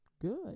good